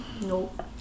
Nope